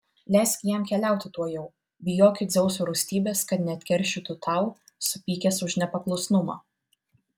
leisk jam keliauti tuojau bijoki dzeuso rūstybės kad neatkeršytų tau supykęs už nepaklusnumą